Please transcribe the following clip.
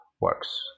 Works